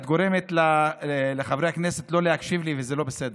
את גורמת לחברי הכנסת שלא להקשיב לי וזה לא בסדר.